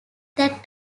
that